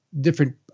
different